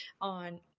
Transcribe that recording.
on